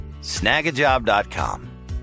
Snagajob.com